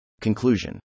Conclusion